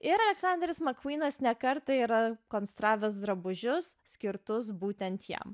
ir aleksanderis makūnas ne kartą yra konstravęs drabužius skirtus būtent jam